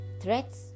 Threats